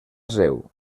seu